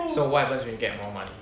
so what happens when you get more money